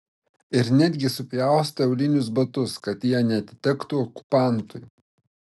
ir netgi supjaustė aulinius batus kad jie neatitektų okupantui